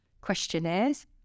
questionnaires